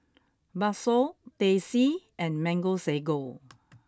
Bakso Teh C and Mango Sago